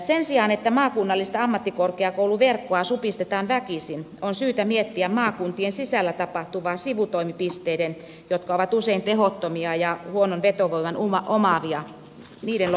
sen sijaan että maakunnallista ammattikorkeakouluverkkoa supistetaan väkisin on syytä miettiä maakuntien sisällä tapahtuvaa sivutoimipisteiden jotka ovat usein tehottomia ja huonon vetovoiman omaavia lopettamista